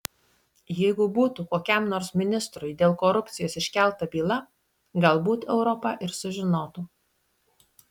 jeigu būtų kokiam nors ministrui dėl korupcijos iškelta byla galbūt europa ir sužinotų